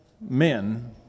men